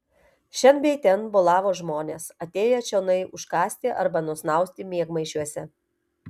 šen bei ten bolavo žmonės atėję čionai užkąsti arba nusnausti miegmaišiuose